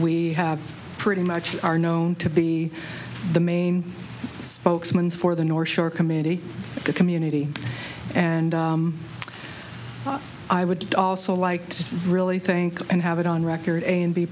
we have pretty much are known to be the main spokesman for the north shore community the community and i would also like to really think and have it on record and be